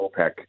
OPEC